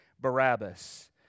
Barabbas